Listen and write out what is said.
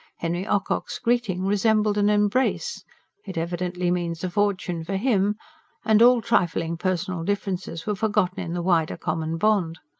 henry ocock's greeting resembled an embrace it evidently means a fortune for him and all trifling personal differences were forgotten in the wider common bond.